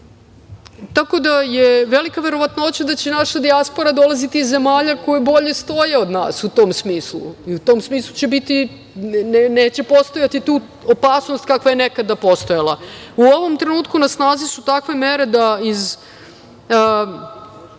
tako da je velika verovatnoća da će naša dijaspora dolaziti iz zemalja koje bolje stoje od nas u tom smislu, i u tom smislu neće postojati opasnost kakva je nekada postojala.U ovom trenutku na snazi su takve mere da iz